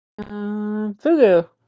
Fugu